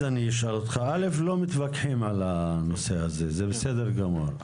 אנחנו לא מתווכחים על הנושא הזה, זה בסדר גמור.